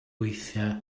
weithiau